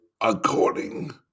according